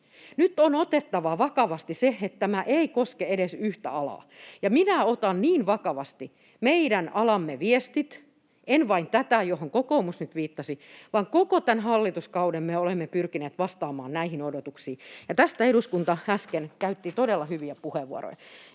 Juvosen välihuuto] että tämä ei koske vain yhtä alaa. Minä otan hyvin vakavasti meidän alamme viestit, en vain tätä, johon kokoomus nyt viittasi, vaan koko tämän hallituskauden me olemme pyrkineet vastaamaan näihin odotuksiin. Tästä eduskunta äsken käytti todella hyviä puheenvuoroja.